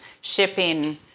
shipping